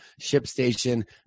ShipStation